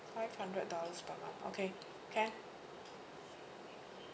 five dollars per month okay can